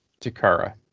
Takara